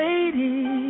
Lady